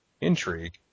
intrigue